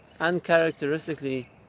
uncharacteristically